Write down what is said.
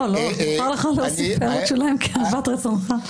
לא, מותר לך להוסיף הערות שוליים כאוות רצונך.